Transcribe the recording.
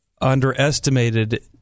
underestimated